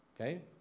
Okay